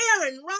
Aaron